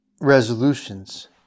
resolutions